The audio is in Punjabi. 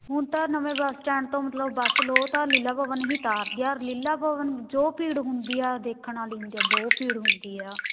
ਹੁਣ ਤਾਂ ਨਵੇਂ ਬੱਸ ਸਟੈਂਡ ਤੋਂ ਮਤਲਬ ਬਸ ਲਓ ਤਾਂ ਲੀਲਾ ਭਵਨ ਹੀ ਉਤਾਰ ਦੀ ਆ ਔਰ ਲੀਲਾ ਭਵਨ ਜੋ ਭੀੜ ਹੁੰਦੀ ਆ ਦੇਖਣ ਵਾਲੀ ਹੁੰਦੀ ਆ ਬਹੁਤ ਭੀੜ ਹੁੰਦੀ ਆ